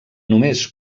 només